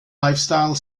lifestyle